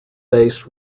based